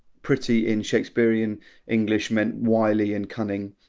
pretty! in shakespearean english meant wily and cunning.